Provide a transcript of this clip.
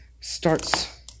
starts